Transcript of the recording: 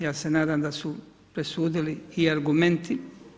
Ja se nadam da su presudili i argumenti.